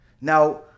now